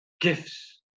gifts